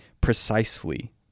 precisely